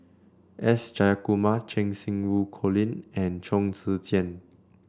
S Jayakumar Cheng Xinru Colin and Chong Tze Chien